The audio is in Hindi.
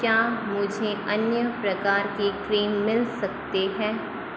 क्या मुझे अन्य प्रकार के क्रीम मिल सकती हैं